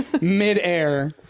midair